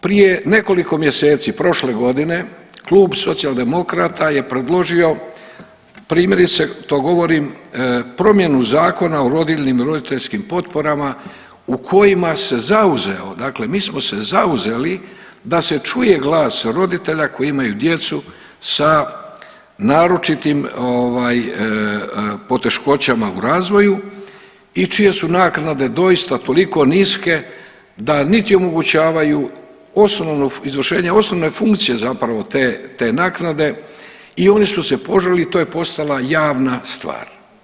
Prije nekoliko mjeseci, prošle godine Klub Socijaldemokrata je predložio, primjerice to govorim, promjenu Zakona o rodiljnim i roditeljskim potporama u kojima se zauzeo, dakle mi smo se zauzeli da se čuje glas roditelja koji imaju djecu sa naročitim ovaj poteškoćama u razvoju i čije su naknade doista toliko niske da niti omogućavaju osnovno, izvršenje osnovne funkcije zapravo te naknade i oni su se požalili i to je postala javna stvar.